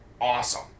awesome